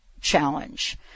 challenge